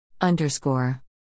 Underscore